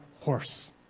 horse